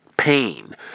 pain